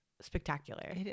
spectacular